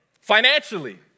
Financially